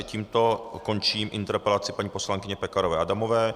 Tímto končím interpelaci paní poslankyně Pekarové Adamové.